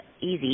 easy